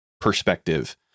perspective